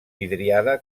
vidriada